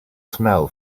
smell